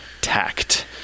tact